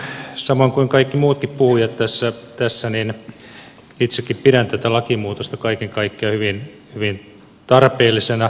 samoin kuin kaikki muutkin puhujat tässä itsekin pidän tätä lakimuutosta kaiken kaikkiaan hyvin tarpeellisena